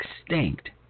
extinct